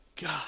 God